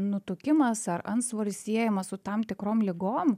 nutukimas ar antsvoris siejamas su tam tikrom ligom